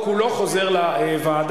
לעשות תרגיל בזמן שאני למעלה-למטה,